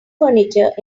furniture